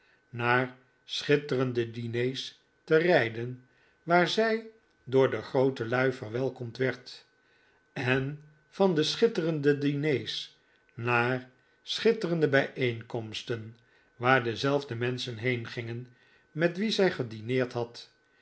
naar schitterende diners te rijden waar zij door de grootelui verwelkomd werd en van de schitterende diners naar schitterende bijeenkomsten waar dezelfde menschen heengingen met wie zij gedineerd had